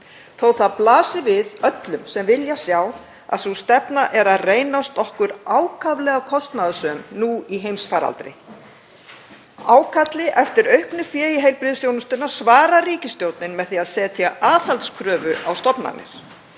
að það blasi við öllum sem vilja sjá að sú stefna reynist okkur ákaflega kostnaðarsöm nú í heimsfaraldri. Ákalli eftir auknu fé í heilbrigðisþjónustuna svarar ríkisstjórnin með því að setja aðhaldskröfu á stofnanir.